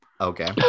Okay